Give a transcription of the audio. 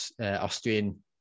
Austrian